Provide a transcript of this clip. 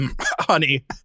Honey